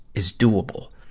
is doable.